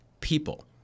people